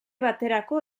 baterako